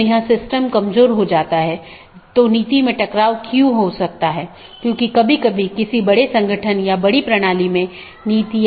एक stub AS केवल स्थानीय ट्रैफ़िक ले जा सकता है क्योंकि यह AS के लिए एक कनेक्शन है लेकिन उस पार कोई अन्य AS नहीं है